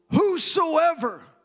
whosoever